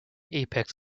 apex